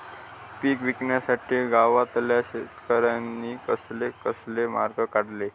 पीक विकुच्यासाठी गावातल्या शेतकऱ्यांनी कसले कसले मार्ग काढले?